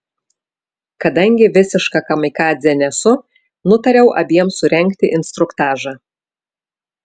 kadangi visiška kamikadzė nesu nutariau abiem surengti instruktažą